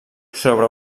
sobre